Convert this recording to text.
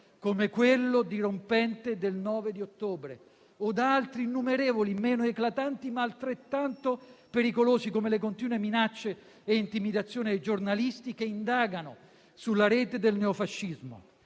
come quello dirompente del 9 ottobre, o da altri innumerevoli, meno eclatanti, ma altrettanto pericolosi, come le continue minacce e intimidazioni ai giornalisti che indagano sulla rete del neofascismo.